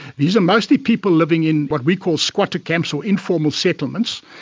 these are mostly people living in what we call squatter camps or informal settlements,